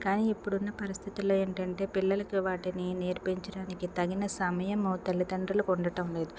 కానీ ఇప్పుడున్న పరిస్థితుల్లో ఏంటంటే పిల్లలకి వాటిని నేర్పించడానికి తగిన సమయము తల్లిదండ్రులకు ఉండటం లేదు